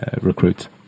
recruits